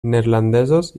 neerlandesos